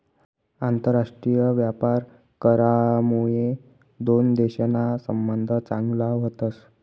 आंतरराष्ट्रीय व्यापार करामुये दोन देशसना संबंध चांगला व्हतस